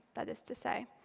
that is to say.